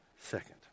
second